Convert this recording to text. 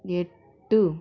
எட்டு